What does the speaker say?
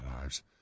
lives